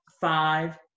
five